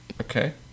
okay